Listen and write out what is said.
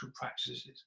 practices